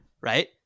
right